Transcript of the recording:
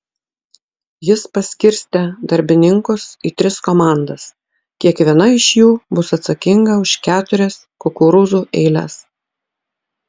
jis paskirstė darbininkus į tris komandas kiekviena iš jų bus atsakinga už keturias kukurūzų eiles